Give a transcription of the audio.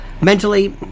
mentally